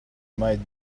might